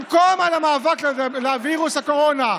במקום המאבק בווירוס הקורונה,